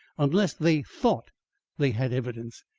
unless they thought they had evidence,